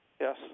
Yes